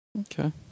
Okay